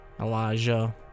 Elijah